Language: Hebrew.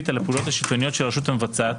על הפעולות השלטוניות של הרשות המבצעת,